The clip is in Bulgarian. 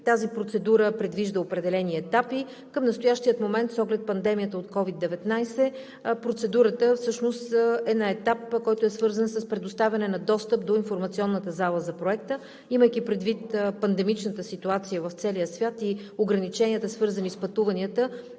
тази процедура предвижда определени етапи. Към настоящия момент с оглед пандемията от COVID-19 процедурата всъщност е на етап, който е свързан с предоставяне на достъп до информационната зала за проекта. Имайки предвид пандемичната ситуация в целия свят и ограниченията, свързани с пътуванията,